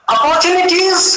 Opportunities